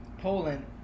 Poland